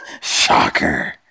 Shocker